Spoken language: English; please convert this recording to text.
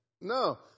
No